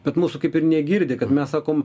bet mūsų kaip ir negirdi kad mes sakom